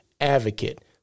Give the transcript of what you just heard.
advocate